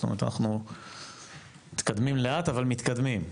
זאת אומרת אנחנו מתקדמים לאט אבל מתקדמים.